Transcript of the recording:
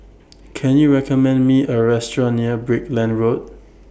Can YOU recommend Me A Restaurant near Brickland Road